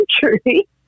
country